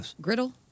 Griddle